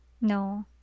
No